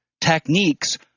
techniques